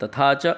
तथा च